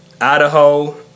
Idaho